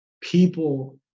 People